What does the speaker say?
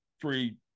three